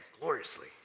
gloriously